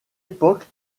époque